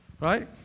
right